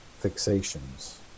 fixations